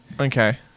Okay